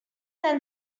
then